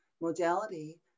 modality